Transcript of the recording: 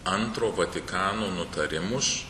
antro vatikano nutarimus